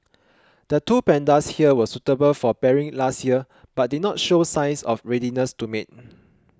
the two pandas here were suitable for pairing last year but did not show signs of readiness to mate